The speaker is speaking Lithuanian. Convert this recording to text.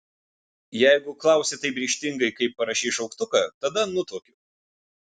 jeigu klausi taip ryžtingai kaip parašei šauktuką tada nutuokiu